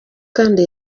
kandi